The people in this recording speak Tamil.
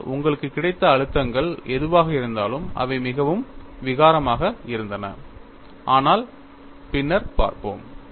ஆனால் உங்களுக்கு கிடைத்த அழுத்தங்கள் எதுவாக இருந்தாலும் அவை மிகவும் விகாரமாக இருந்தன ஆனால் பின்னர் பார்ப்போம்